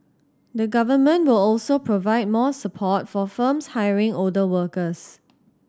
the Government will also provide more support for firms hiring older workers